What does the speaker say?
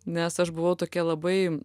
nes aš buvau tokia labai